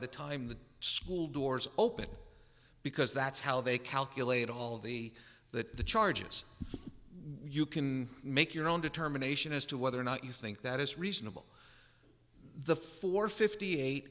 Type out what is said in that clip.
the time the school doors open because that's how they calculate all of the the charges you can make your own determination as to whether or not you think that is reasonable the four fifty eight